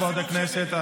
כבוד הכנסת,